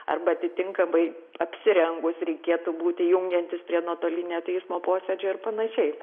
arba atitinkamai apsirengus reikėtų būti jungiantis prie nuotolinio teismo posėdžio ir panašiai